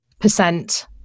percent